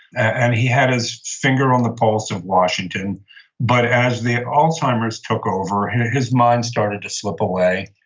and he had his finger on the pulse of washington but as the alzheimer's took over, his mind started to slip away,